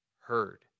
heard